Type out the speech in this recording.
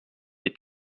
est